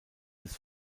des